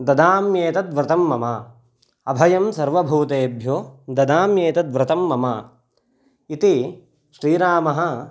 ददाम्येतद् व्रतं मम अभयं सर्वभूतेभ्यो ददाम्येतद्व्रतं मम इति श्रीरामः